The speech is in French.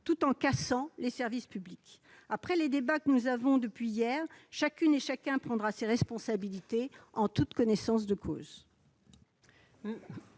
tout en cassant les services publics. Compte tenu des débats que nous avons depuis hier, chacune et chacun prendra ses responsabilités en toute connaissance de cause.